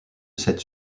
cette